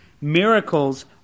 miracles